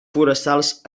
forestals